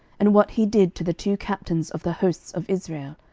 and what he did to the two captains of the hosts of israel,